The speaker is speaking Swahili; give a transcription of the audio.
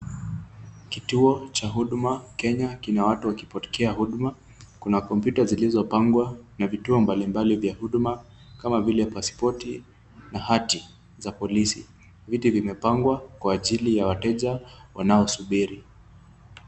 Kituo cha huduma Kenya kina watu wakipokea huduma. Kuna kompyuta zilizopangwa na vituo mbali mbali vya huduma kama vile pasipoti na hati za polisi. Viti vimepangwa kwa ajili ya wateja wanaosubiri.